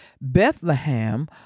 Bethlehem